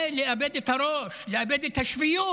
זה לאבד את הראש, לאבד את השפיות.